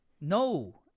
no